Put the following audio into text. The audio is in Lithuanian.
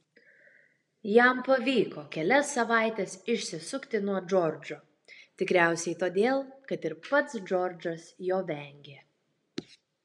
jam pavyko kelias savaites išsisukti nuo džordžo tikriausiai todėl kad ir pats džordžas jo vengė